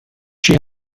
she